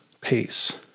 pace